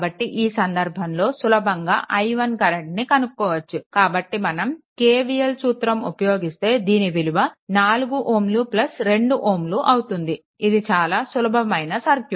కాబట్టి ఈ సంధర్భంలో సులభంగా i1 కరెంట్ని కనుక్కోవచ్చు కాబట్టి మనం KVL సూత్రం ఉపయోగిస్తే దీని విలువ 4Ω 2Ω అవుతుంది ఇది చాలా సులభమైన సర్క్యూట్